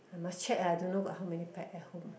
I must check uh I don't know got how many pack at home